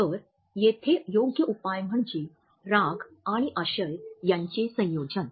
तर येथे योग्य उपाय म्हणजे राग आणि आशय यांचे संयोजन